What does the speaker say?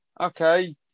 okay